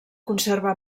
conserva